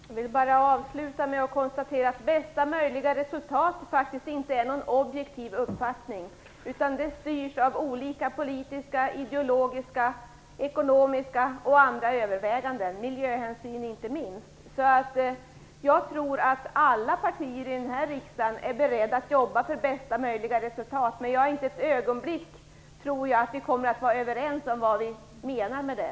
Herr talman! Jag vill bara avsluta med att konstatera att bästa möjliga resultat inte är någon objektiv uppfattning. Det styrs av olika politiska, ideologiska, ekonomiska och andra överväganden, inte minst miljöhänsyn. Jag tror därför att alla partier här i riksdagen är beredda att jobba för bästa möjliga resultat, men jag tror inte ett ögonblick att vi kommer att vara överens om vad vi menar med det.